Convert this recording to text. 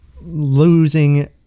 losing